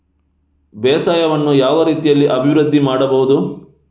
ಬೇಸಾಯವನ್ನು ಯಾವ ರೀತಿಯಲ್ಲಿ ಅಭಿವೃದ್ಧಿ ಮಾಡಬಹುದು?